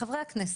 חברי הכנסת,